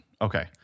Okay